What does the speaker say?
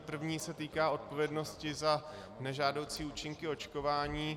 První se týká odpovědnosti za nežádoucí účinky očkování.